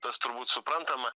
tas turbūt suprantama